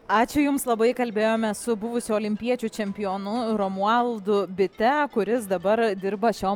ačiū jums labai kalbėjome su buvusiu olimpiečiu čempionu romualdu bite kuris dabar dirba šio